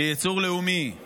כייצור לאומי;